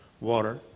Water